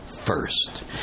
First